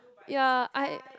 ya I